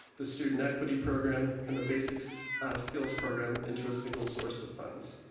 the student equity program and the basic so skills program into a single source of funds.